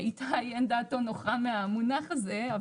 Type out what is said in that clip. איתי אין דעתו נוחה מהמונח הזה.